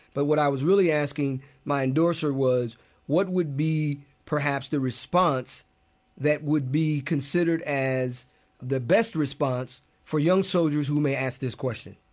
but what i was really asking my endorser was what would be perhaps the response that would be considered as the best response for young soldiers who may ask this question